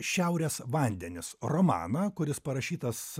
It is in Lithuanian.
šiaurės vandenis romaną kuris parašytas